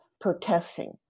protesting